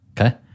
okay